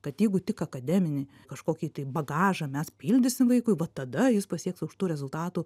kad jeigu tik akademinį kažkokį tai bagažą mes pildysim vaikui va tada jis pasieks aukštų rezultatų